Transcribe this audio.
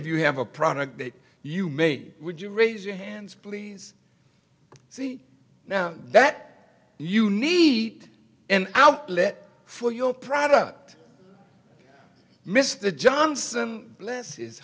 of you have a product that you made would you raise your hands please see now that you need an outlet for your product mr johnson les is